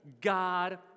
God